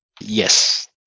Yes